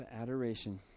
adoration